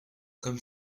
comme